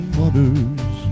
waters